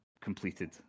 completed